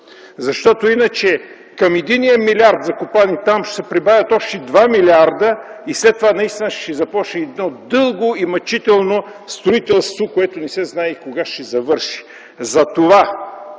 Защото иначе към единия милиард, закопан там, ще се прибавят още 2 милиарда и след това наистина ще започне едно дълго и мъчително строителство, което не се знае кога ще завърши. Затова